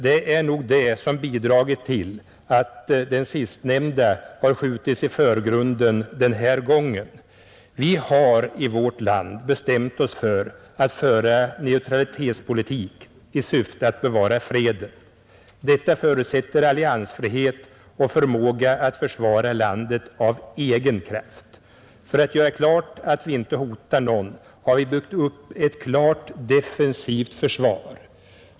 Det är nog det som bidragit till att den sistnämnda har skjutits i förgrunden den här gången. Vi har i vårt land bestämt oss för att föra en neutralitetspolitik i syfte att bevara freden. Detta förutsätter alliansfrihet och förmåga att försvara landet av egen kraft. För att göra klart att vi inte hotar någon har vi byggt upp ett klart defensivt försvar.